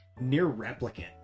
near-replicant